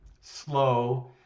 slow